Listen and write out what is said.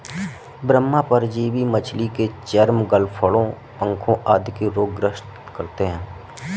बाह्य परजीवी मछली के चर्म, गलफडों, पंखों आदि के रोग ग्रस्त करते है